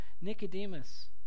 Nicodemus